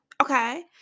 okay